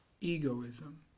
Egoism